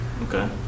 Okay